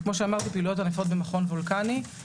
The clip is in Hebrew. וכמו שאמרתי פעילויות עניפות במכון וולקני.